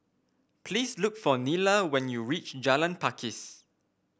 please look for Nylah when you reach Jalan Pakis